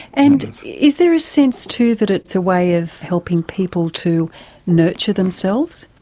and is there a sense too that it's a way of helping people to nurture themselves?